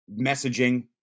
messaging